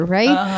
right